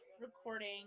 recording